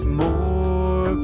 more